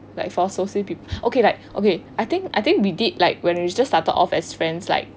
like for associate pe~ okay like okay I think I think we did like when we still start off as friends like